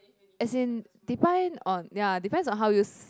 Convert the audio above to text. as in depend on ya depends on how you